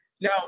Now